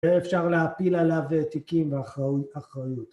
ואפשר להפיל עליו תיקים ואחריות.